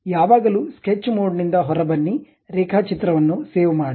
ಯಾವಾಗಲೂ ಸ್ಕೆಚ್ ಮೋಡ್ನಿಂದ ಹೊರಬನ್ನಿ ರೇಖಾಚಿತ್ರವನ್ನು ಸೇವ್ ಮಾಡಿ